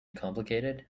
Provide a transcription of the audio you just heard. complicated